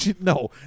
No